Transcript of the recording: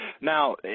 Now